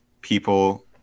people